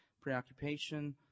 preoccupation